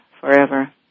forever